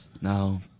No